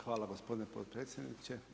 Hvala gospodine potpredsjedniče.